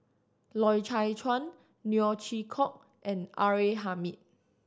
Loy Chye Chuan Neo Chwee Kok and R A Hamid